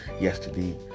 yesterday